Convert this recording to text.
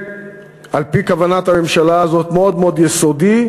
על-פי כוונת הממשלה הזאת הוא יהיה מאוד יסודי,